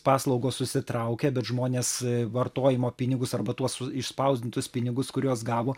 paslaugos susitraukia bet žmonės vartojimo pinigus arba tuos išspausdintus pinigus kuriuos gavo